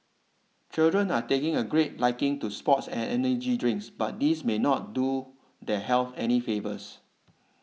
children are taking a great liking to sports and energy drinks but these may not do their health any favours